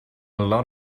lot